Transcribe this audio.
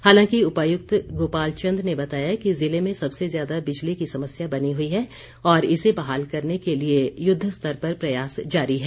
हालांकि उपायुक्त गोपाल चंद ने बताया कि जिले में सबसे ज्यादा बिजली की समस्या बनी हुई है और इसे बहाल करने के लिए युद्ध स्तर पर प्रयास जारी हैं